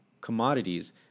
commodities